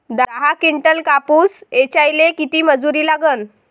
दहा किंटल कापूस ऐचायले किती मजूरी लागन?